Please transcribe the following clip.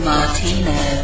Martino